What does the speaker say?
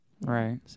Right